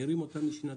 מעירים אותם משנתם.